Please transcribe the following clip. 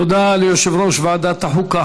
תודה ליושב-ראש ועדת החוקה,